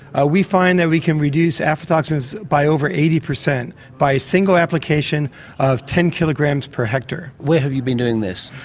ah we find that we can reduce aflatoxins by over eighty percent by a single application of ten kilograms per hectare. where have you been doing this?